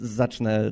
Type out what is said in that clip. zacznę